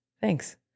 Thanks